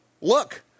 Look